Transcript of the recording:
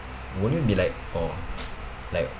won't you be like oh like